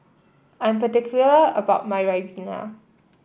I'm particular about my Ribena